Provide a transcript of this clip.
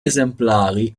esemplari